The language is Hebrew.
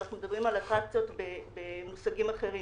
אנחנו מדברים על אטרקציות במושגים אחרים.